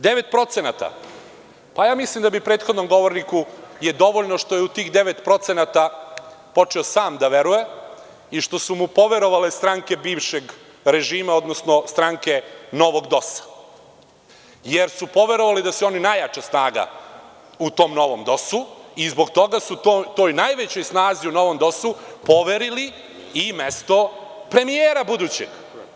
Devet procenata, mislim da prethodnom govorniku je dovoljno što je u tih devet procenata počeo sam da veruje i što su mu poverovale stranke bivšeg režima, odnosno stranke novog DOS-a, jer su poverovali da su oni najjača snaga u tom novom DOS-u i zbog toga su toj najvećoj snazi u novom DOS-u, poverili i mesto premijera budućeg.